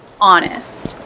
honest